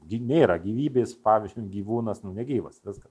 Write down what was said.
gi nėra gyvybės pavyzdžiui gyvūnas nu negyvas viskas